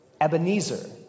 Ebenezer